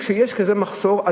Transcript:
כשיש כזה מחסור,